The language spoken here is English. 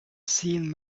seen